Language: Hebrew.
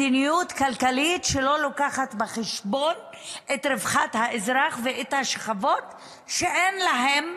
מדיניות כלכלית שלא לוקחת בחשבון את רווחת האזרח ואת השכבות שאין להם,